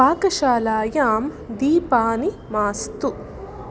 पाकशालायां दीपानि मास्तु